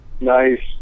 Nice